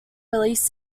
released